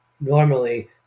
normally